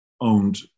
owned